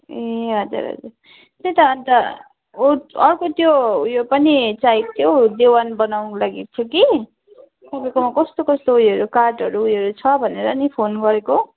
ए हजुर हजुर त्यही त अनि त ओद अर्को त्यो ऊ यो पनि चाहिएको थियो देवान बनाउनको लागेकी छु कि तपाईँकोमा कस्तो कस्तो ऊ योहरू काठहरू ऊ योहरू छ भनेर नि फोन गरेको